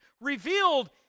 revealed